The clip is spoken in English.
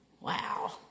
wow